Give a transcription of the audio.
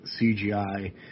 cgi